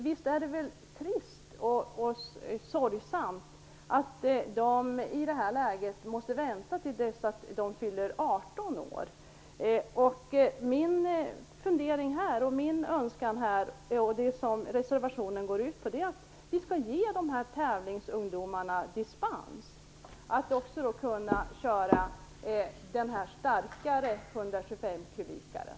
Visst är det väl trist och sorgsamt att de i det här läget måste vänta tills de fyller 18 år? Min fundering och min önskning, det som reservationen går ut på, är att vi skall ge dessa tävlingsungdomar dispens, så att de också skall kunna köra den starkare 125-kubikaren.